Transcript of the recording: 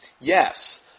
yes